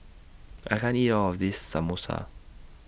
I can't eat All of This Samosa